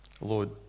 Lord